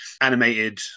animated